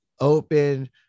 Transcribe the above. open